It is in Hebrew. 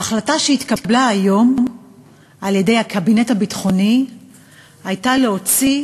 ההחלטה שהתקבלה היום על-ידי הקבינט הביטחוני הייתה להוציא